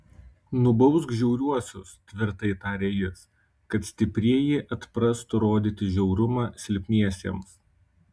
nubausk žiauriuosius tvirtai tarė jis kad stiprieji atprastų rodyti žiaurumą silpniesiems